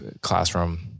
classroom